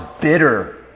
bitter